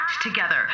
together